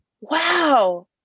wow